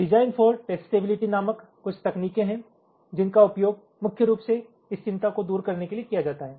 design for testability नामक कुछ तकनीकें हैं जिनका उपयोग मुख्य रूप से इस चिंता को दूर करने के लिए किया जाता है